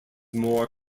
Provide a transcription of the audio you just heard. more